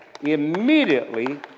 Immediately